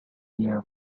your